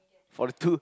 forty two